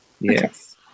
Yes